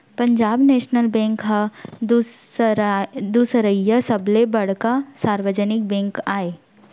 Punjab national bank ह दुसरइया सबले बड़का सार्वजनिक बेंक आय